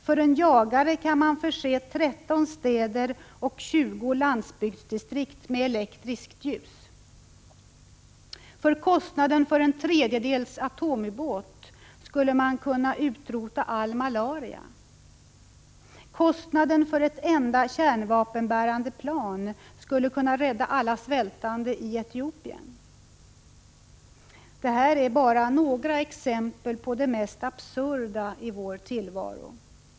För en jagare kan man förse 13 städer och 20 landsbygdsdistrikt med elektriskt ljus. För kostnaden för en tredjedels atomubåt skulle man kunna utrota all malaria. Kostnaden för ett enda kärnvapenbärande plan skulle kunna rädda alla svältande i Etiopien. Detta är bara några exempel på det mest absurda i vår tillvaro.